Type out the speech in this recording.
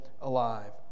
alive